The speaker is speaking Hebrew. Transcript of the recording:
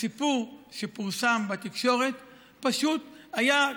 הסיפור שפורסם בתקשורת פשוט היה,